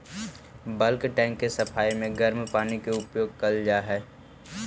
bulk tank के सफाई में गरम पानी के उपयोग कैल जा हई